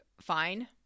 fine